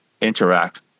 interact